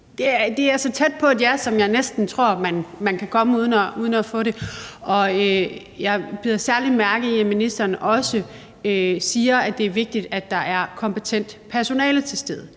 Det er så tæt på et ja, som jeg næsten tror man kan komme uden at få det. Jeg bider særlig mærke i, at ministeren også siger, at det er vigtigt, at der er kompetent personale til stede.